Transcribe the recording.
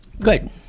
Good